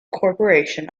corporation